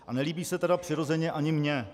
A nelíbí se tedy přirozeně ani mně.